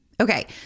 Okay